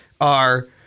are-